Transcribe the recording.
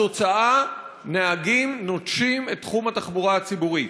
התוצאה, נהגים נוטשים את תחום התחבורה הציבורית.